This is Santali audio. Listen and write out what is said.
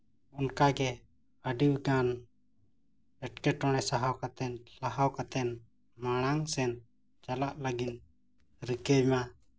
ᱚᱱᱠᱟᱜᱮ ᱟᱹᱰᱤ ᱞᱮᱠᱟᱱ ᱮᱴᱠᱮᱴᱚᱬᱮ ᱥᱟᱦᱟᱣ ᱠᱟᱛᱮᱫ ᱞᱟᱦᱟᱣ ᱠᱟᱛᱮᱫ ᱢᱟᱲᱟᱝ ᱥᱮᱫ ᱪᱟᱞᱟᱜ ᱞᱟᱹᱜᱤᱫ ᱨᱤᱠᱟᱹᱭᱢᱟ